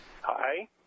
hi